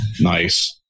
nice